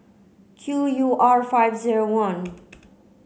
Q U R five zero one